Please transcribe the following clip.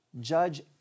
Judge